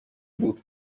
بود